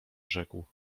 rzekł